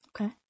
okay